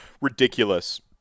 ridiculous